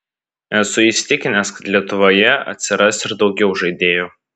esu įsitikinęs kad lietuvoje atsiras ir daugiau žaidėjų